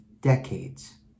decades